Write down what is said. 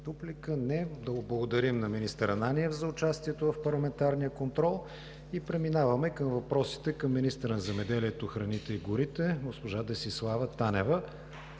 Ананиев.) Не. Да благодарим на министър Ананиев за участието в парламентарния контрол. Преминаваме към въпросите към министъра на земеделието, храните и горите госпожа Десислава Танева.